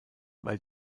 weil